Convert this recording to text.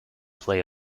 play